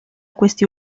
questi